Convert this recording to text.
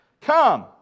Come